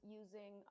using